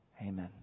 Amen